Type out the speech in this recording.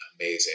amazing